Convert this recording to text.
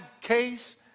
case